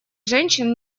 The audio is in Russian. женщин